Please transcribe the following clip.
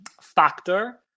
factor